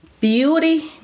beauty